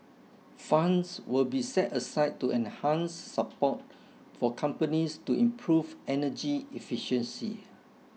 funds will be set aside to enhance support for companies to improve energy efficiency